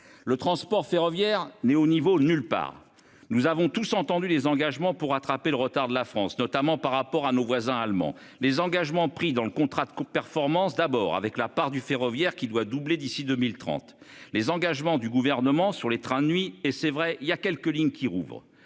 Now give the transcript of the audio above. le transport ferroviaire né au niveau nulle part. Nous avons tous entendu des engagements pour rattraper le retard de la France notamment par rapport à nos voisins allemands, les engagements pris dans le contrat de courte performance d'abord avec la part du ferroviaire qui doit doubler d'ici 2030, les engagements du gouvernement sur les trains de nuit et c'est vrai il y a quelques lignes qui rouvre.